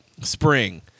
spring